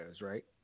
right